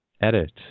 Edit